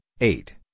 eight